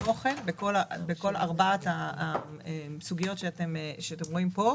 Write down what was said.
התוכן בכל ארבע הסוגיות שאתם רואים פה.